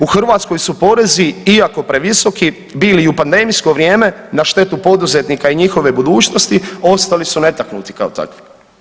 U Hrvatskoj su porezi iako previsoki bili i u pandemijsko vrijeme na štetu poduzetnika i njihove budućnosti ostali su netaknuti kao takvi.